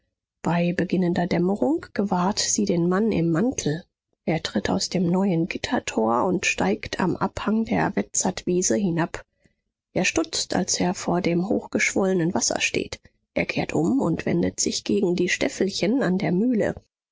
bei beginnender dämmerung gewahrt sie den mann im mantel er tritt aus dem neuen gittertor und steigt am abhang der rezatwiese hinab er stutzt als er vor dem hochgeschwollenen wasser steht er kehrt um und wendet sich gegen die stäffelchen an der mühle